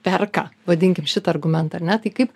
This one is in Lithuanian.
perka vadinkim šitą argumentą ar ne tai kaip